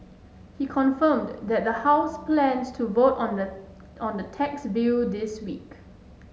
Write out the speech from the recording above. he confirmed that the House plans to vote on the on the tax bill this week